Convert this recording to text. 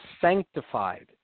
sanctified